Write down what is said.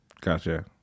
Gotcha